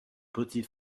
petit